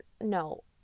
no